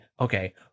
okay